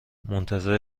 منتظر